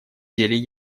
деле